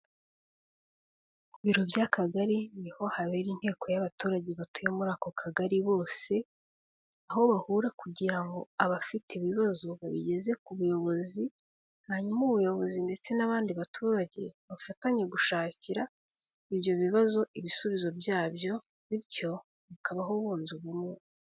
Ku biro by' Akagari niho habera inteko y'abaturage batuye muri ako Kagari bose, aho bahura kugira ngo abafite ibibazo babigeze ku buyobozi, hanyuma ubuyobozi ndetse n'abandi baturage bafatanya gushakira ibyo bibazo ibisubizo byabyo, bityo bakabaho bunze ubumwe.